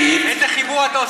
איזה חיבור אתה עושה,